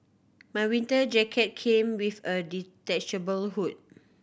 my winter jacket came with a detachable hood